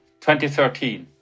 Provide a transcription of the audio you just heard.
2013